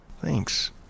Thanks